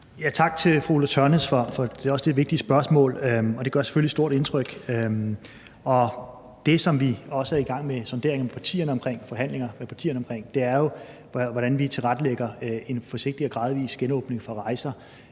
Tak til fru Ulla Tørnæs for også det vigtige spørgsmål. Det gør selvfølgelig et stort indtryk, og det, som vi også er i gang med sonderinger af og forhandlinger med partierne om, er jo at se på, hvordan vi tilrettelægger en forsigtig og gradvis genåbning for rejser.